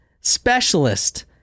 specialist